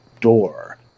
door